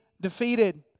Defeated